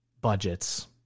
budgets